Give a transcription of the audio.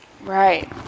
Right